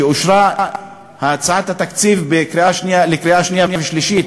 כשאושרה הצעת התקציב לקריאה שנייה ושלישית,